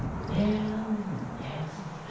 nell, nell,